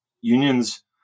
unions